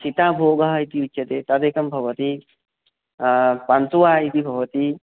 सिताभोगः इति उच्यते तदेकं भवति पन्त्वा इति भवति